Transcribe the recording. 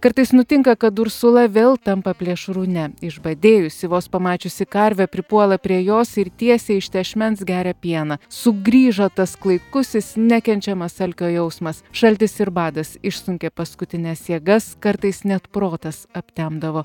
kartais nutinka kad ursula vėl tampa plėšrūne išbadėjusi vos pamačiusi karvę pripuola prie jos ir tiesiai iš tešmens geria pieną sugrįžo tas klaikusis nekenčiamas alkio jausmas šaltis ir badas išsunkė paskutines jėgas kartais net protas aptemdavo